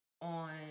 on